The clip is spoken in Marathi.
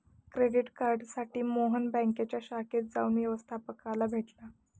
क्रेडिट कार्डसाठी मोहन बँकेच्या शाखेत जाऊन व्यवस्थपकाला भेटला